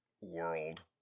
world